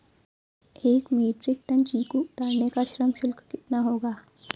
एक metric ton चीकू उतारने का श्रम शुल्क कितना होगा?